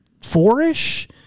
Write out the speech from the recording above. four-ish